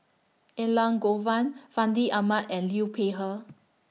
Elangovan Fandi Ahmad and Liu Peihe